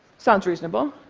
sounds reasonable.